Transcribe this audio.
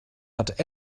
hat